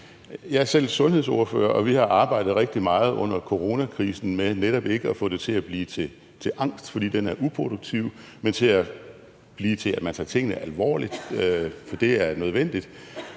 Jeg er selv sundhedsordfører, og vi har arbejdet rigtig meget under coronakrisen med netop ikke at få det til at blive til angst, fordi den er uproduktiv, men til at blive til, at man tager tingene alvorligt, for det er nødvendigt.